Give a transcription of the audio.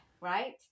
right